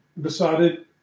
decided